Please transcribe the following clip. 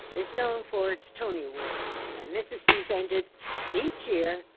is known for its tony awards. and this is presented each year,